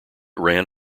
ran